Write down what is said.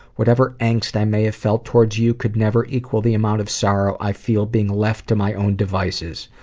whatever angst i may have felt towards you could never equal the amount of sorrow i feel being left to my own devices.